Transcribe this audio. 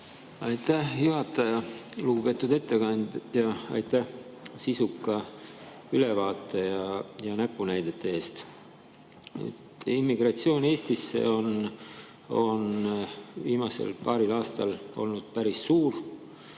Aitäh, juhataja! Lugupeetud ettekandja, aitäh sisuka ülevaate ja näpunäidete eest! Immigratsioon Eestisse on viimasel paaril aastal olnud päris suur